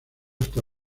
hasta